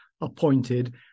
appointed